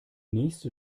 nächste